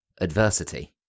adversity